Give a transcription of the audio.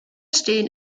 stehen